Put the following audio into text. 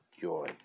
joy